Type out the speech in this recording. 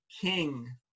king